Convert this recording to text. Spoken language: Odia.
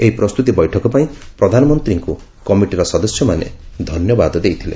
ଏହି ପ୍ରସ୍ତୁତି ବୈଠକ ପାଇଁ ପ୍ରଧାନମନ୍ତ୍ରୀଙ୍କୁ କମିଟିର ସଦସ୍ୟମାନେ ଧନ୍ୟବାଦ ଦେଇଥିଲେ